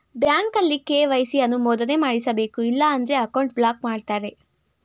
ಬ್ಯಾಂಕಲ್ಲಿ ಕೆ.ವೈ.ಸಿ ಅನುಮೋದನೆ ಮಾಡಿಸಬೇಕು ಇಲ್ಲ ಅಂದ್ರೆ ಅಕೌಂಟ್ ಬ್ಲಾಕ್ ಮಾಡ್ತಾರೆ